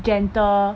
gentle